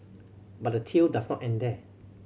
but the tail does not end there